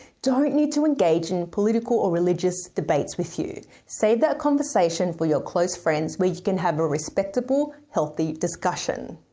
don't need to engage in political or religious debates with you. save that conversation for your close friends where you can have a respectable, healthy discussion.